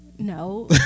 No